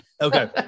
Okay